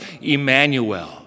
Emmanuel